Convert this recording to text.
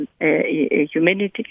humanity